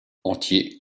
entier